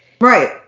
Right